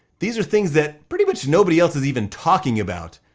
these are things that pretty much nobody else is even talking about.